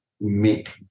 make